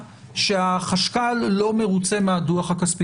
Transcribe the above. שהחשב הכללי לא מרוצה מהדוח הכספי.